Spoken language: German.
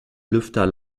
lüfter